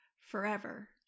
forever